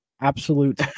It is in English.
Absolute